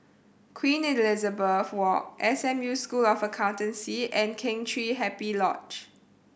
Queen Elizabeth Walk S M U School of Accountancy and Kheng Chiu Happy Lodge